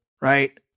right